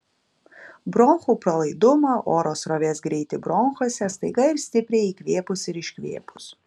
bronchų pralaidumą oro srovės greitį bronchuose staiga ir stipriai įkvėpus ir iškvėpus